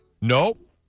Nope